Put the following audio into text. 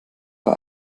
bei